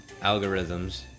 algorithms